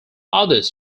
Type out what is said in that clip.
others